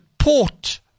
Support